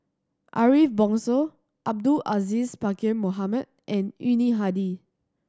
Ariff Bongso Abdul Aziz Pakkeer Mohamed and Yuni Hadi